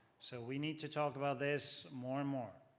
so we need to talk about this more and more.